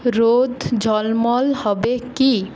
রোদ ঝলমল হবে কি